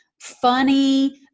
funny